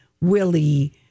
Willie